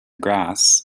grass